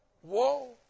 whoa